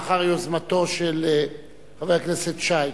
לאחר יוזמתו של חבר הכנסת שי,